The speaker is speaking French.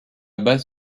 base